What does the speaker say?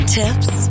tips